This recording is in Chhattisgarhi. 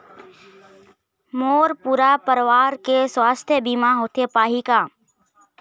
मोर पूरा परवार के सुवास्थ बीमा होथे पाही का?